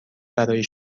برای